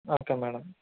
okay madam